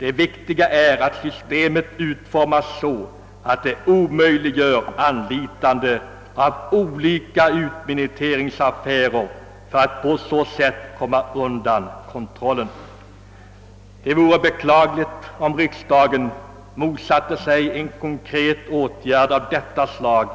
Det viktiga är att systemet utformas så, att det omöjliggör anlitande av olika utminuteringsställen för att komma undan kontrollen. Det vore beklagligt om riksdagen motsatte sig en konkret åtgärd av detta slag